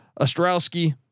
Ostrowski